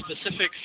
specific